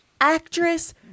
actress